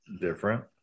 different